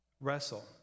wrestle